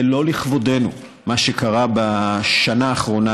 זה לא לכבודנו מה שקרה בשנה האחרונה,